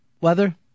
weather